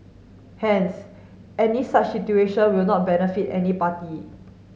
hence any such situation will not benefit any party